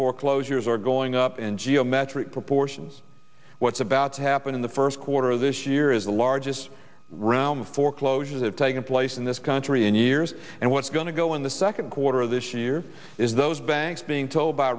foreclosures are going up in geometric proportions what's about to happen in the first quarter of this year is the largest round of foreclosures have taken place in this country in years and what's going to go in the second quarter of this year is those banks being told by